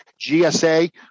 GSA